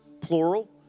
plural